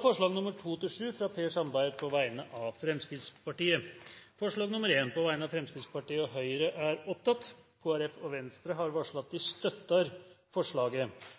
forslagene nr. 2–7, fra Per Sandberg på vegne av Fremskrittspartiet Det voteres over forslag nr. 1, fra Fremskrittspartiet og Høyre. Forslaget lyder: «Stortinget ber regjeringen snarest fremlegge en fremdriftsplan for gjennomføring av nytt beredskapssenter i Oslo-området.» Kristelig Folkeparti og Venstre har varslet at de støtter forslaget.